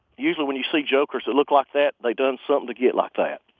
usually when you see jokers that look like that, they done something to get like that